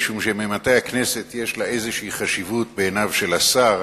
משום שממתי הכנסת יש לה איזו חשיבות בעיניו של השר.